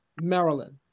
Maryland